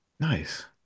nice